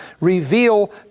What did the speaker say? reveal